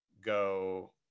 go –